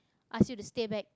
ask you to stay back